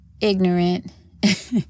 ignorant